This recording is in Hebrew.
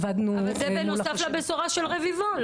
(היו"ר פנינה תמנו) זה הבשורה של רביבו?